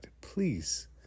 please